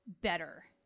better